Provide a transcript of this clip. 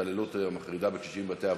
התעללות מחרידה בקשישים בבתי-אבות,